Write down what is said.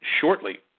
shortly